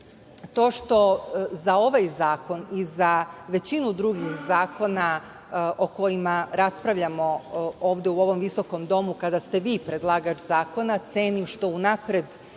što za ovaj zakon i za većinu drugih zakona o kojima raspravljamo ovde u ovom visokom domu, kada ste vi predlagač zakona, cenim što unapred